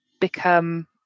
become